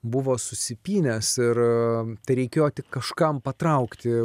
buvo susipynęs ir tereikėjo tik kažkam patraukti